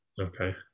Okay